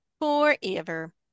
forever